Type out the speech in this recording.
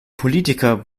politiker